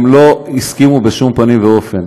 אבל הם לא הסכימו בשום פנים ואופן.